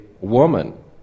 woman